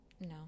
No